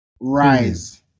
rise